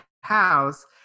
house